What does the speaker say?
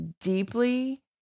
deeply